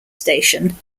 station